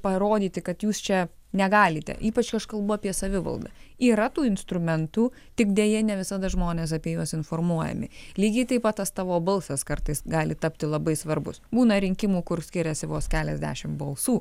parodyti kad jūs čia negalite ypač aš kalbu apie savivaldą yra tų instrumentų tik deja ne visada žmonės apie juos informuojami lygiai taip pat tas tavo balsas kartais gali tapti labai svarbus būna rinkimų kur skiriasi vos keliasdešim balsų